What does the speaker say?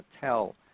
tell